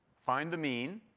find the mean,